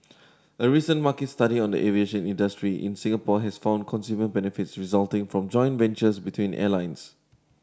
a recent market study on the aviation industry in Singapore has found consumer benefits resulting from joint ventures between airlines